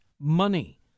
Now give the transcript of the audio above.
money